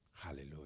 Hallelujah